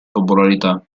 popolarità